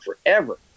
forever